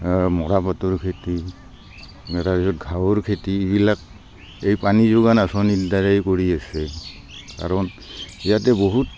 মৰাপাটৰ খেতি তাৰপাছত ঘাঁহৰ খেতি এইবিলাক এই পানী যোগান আঁচনিৰ দ্বাৰাই কৰি আছে কাৰণ ইয়াতে বহুত